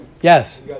Yes